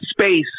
space